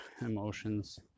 emotions